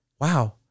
wow